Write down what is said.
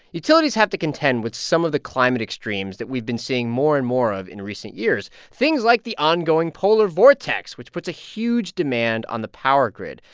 utilities have to contend with some of the climate extremes that we've been seeing more and more of in recent years things like the ongoing polar vortex, which puts a huge demand on the power grid,